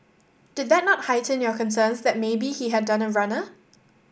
did that not heighten your concerns that maybe he had done a runner